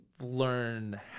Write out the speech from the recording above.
learn